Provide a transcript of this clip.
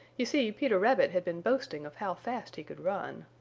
you see, peter rabbit had been boasting of how fast he could run.